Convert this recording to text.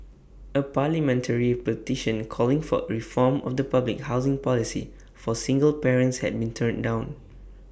A parliamentary petition calling for reform of the public housing policy for single parents has been turned down